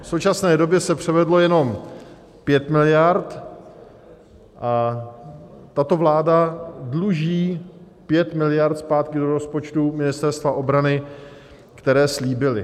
V současné době se převedlo jenom 5 miliard a tato vláda dluží 5 miliard zpátky do rozpočtu Ministerstva obrany, které slíbila.